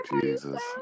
Jesus